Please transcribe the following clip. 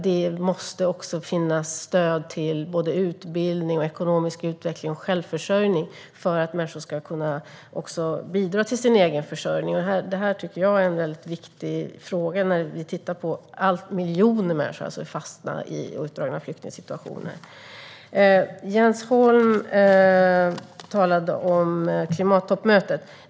Det måste också finnas stöd till utbildning, ekonomisk utveckling och självförsörjning för att människor ska kunna bidra till sin egen försörjning. Detta tycker jag är en väldigt viktig fråga när vi tittar på alla de miljoner människor som fastnar i utdragna flyktingsituationer. Jens Holm talade om klimattoppmötet.